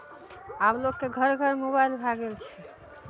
आब लोकके घर घर मोबाइल भए गेल छै